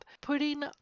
putting